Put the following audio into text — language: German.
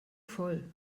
voll